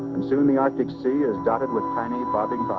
and soon the arctic sea is dotted with tiny bobbing bodies.